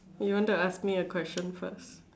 you want to ask me a question first